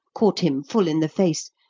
caught him full in the face,